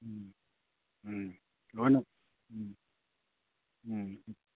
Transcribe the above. ꯎꯝ ꯎꯝ ꯂꯣꯏꯅ ꯎꯝ ꯎꯝ